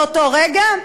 באותו רגע,